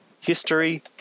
history